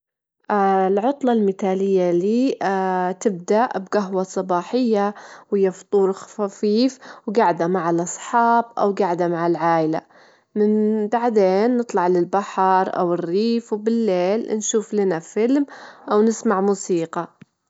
الحيوان المفضل لي الأسد، أحب الأسد لأنه جوي، كمان أن الأسد أنه عنده هيبة خاصة، الحيوانات تحترمه، والناس تحترمه وتخاف منه، يمتلي الجوة والشجاعة، الأسد حيوان متالي.